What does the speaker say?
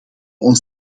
ons